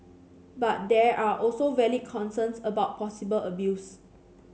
but there are also valid concerns about possible abuse